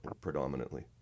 predominantly